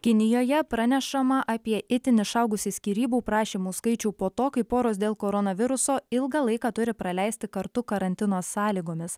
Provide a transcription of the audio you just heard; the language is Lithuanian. kinijoje pranešama apie itin išaugusį skyrybų prašymų skaičių po to kai poros dėl koronaviruso ilgą laiką turi praleisti kartu karantino sąlygomis